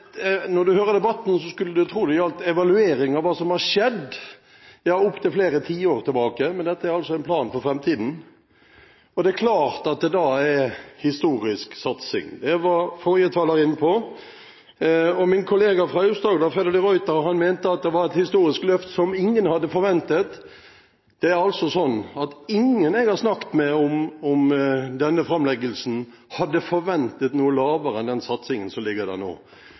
når du hører debatten, skulle du tro det gjaldt evaluering av hva som har skjedd i opptil flere tiår tilbake. Men dette er altså en plan for framtiden, og det er klart at det da er historisk satsing. Dette var forrige taler inne på, og min kollega fra Aust-Agder, Freddy de Ruiter, mente at dette var et historisk løft som ingen hadde forventet. Det er slik at ingen jeg har snakket med om denne framleggelsen, hadde forventet noe lavere enn den satsingen som ligger der nå.